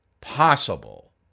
possible